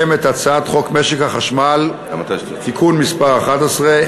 אנחנו נעבור לנושא הבא: הצעת חוק משק החשמל (תיקון מס' 11),